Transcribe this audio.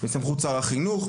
בסמכות שר החינוך?